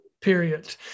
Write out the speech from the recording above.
Period